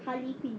harley quinn